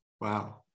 Wow